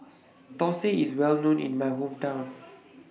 Thosai IS Well known in My Hometown